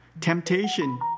Temptation